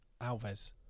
Alves